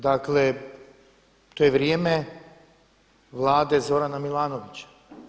Dakle, to je vrijeme Vlade Zorana Milanovića.